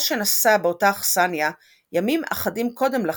שנשא באותה אכסניה ימים אחדים קודם לכן,